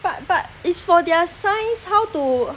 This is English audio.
but but it's for their science how to